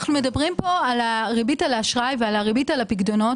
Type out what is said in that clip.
אנחנו מדברים על ריבית על אשראי ועל ריבית על פיקדונות,